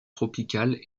tropicales